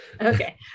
Okay